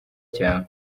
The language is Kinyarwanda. cyawe